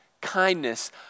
kindness